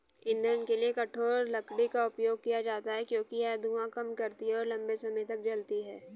ईंधन के लिए कठोर लकड़ी का उपयोग किया जाता है क्योंकि यह धुआं कम करती है और लंबे समय तक जलती है